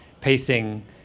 pacing